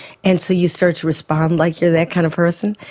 and so you start to respond like you're that kind of person,